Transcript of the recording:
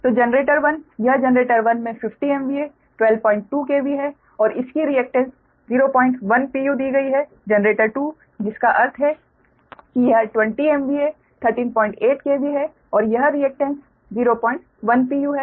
तो जनरेटर 1 यह जनरेटर 1 में 50 MVA 122 KV है और इसकी रिएक्टेन्स 010 pu दी गई है जनरेटर 2 जिसका अर्थ है कि यह 20 MVA 138 KV है और यह रिएक्टेन्स 010 pu है जो Xg2 है